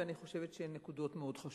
ואני חושבת שהן נקודות מאוד חשובות.